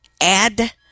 add